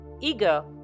Ego